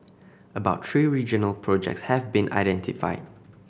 about three regional projects have been identified